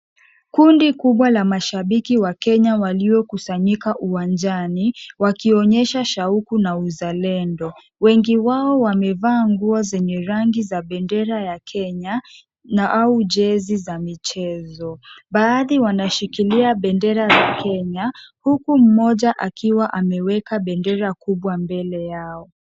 Kundi kubwa la mashabiki wa Kenya waliokusanyika uwanjani wakionyesha shauku na uzalendo. Wengi wao wamevaa nguo zenye rangi za bendera ya Kenya na au jezi za michezo. Baadhi wanashikilia bendera za Kenya huku mmoja akiwa ameweka bendera kubwa mbele yao.